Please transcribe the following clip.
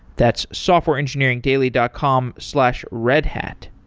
that's softwareengineeringdaily dot com slash redhat.